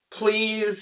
please